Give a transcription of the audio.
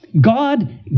God